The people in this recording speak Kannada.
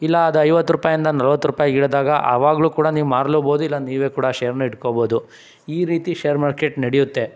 ಇಲ್ಲ ಅದು ಐವತ್ತು ರೂಪಾಯಿ ಅಂದ ನಲ್ವತ್ತು ರೂಪಾಯ್ಗೆ ಇಳಿದಾಗ ಆವಾಗಲೂ ಕೂಡ ನೀವು ಮಾರಲೂಬೋದು ಇಲ್ಲ ನೀವೇ ಕೂಡ ಶೇರನ್ನ ಇಟ್ಕೋಬೋದು ಈ ರೀತಿ ಶೇರ್ ಮಾರ್ಕೆಟ್ ನಡೆಯುತ್ತೆ